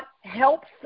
helps